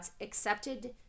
accepted